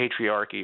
patriarchy